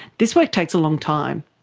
this work takes a long time,